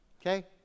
Okay